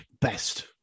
best